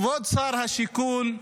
השיכון,